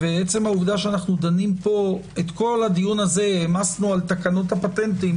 עצם העובדה שאנחנו דנים פה - את כל הדיון הזה העמסנו על תקנות הפטנטים